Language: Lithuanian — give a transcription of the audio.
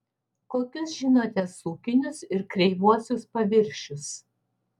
kokius žinote sukinius ir kreivuosius paviršius